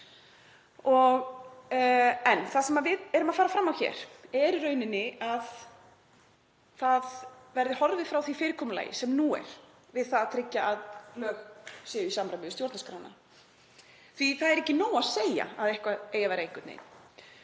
Það sem við erum að fara fram á hér er í rauninni að það verður horfið frá því fyrirkomulagi sem nú er við það að tryggja að lög séu í samræmi við stjórnarskrána því það er ekki nóg að segja að eitthvað eigi að vera einhvern veginn.